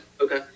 Okay